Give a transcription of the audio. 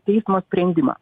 teismo sprendimą